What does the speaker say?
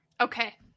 Okay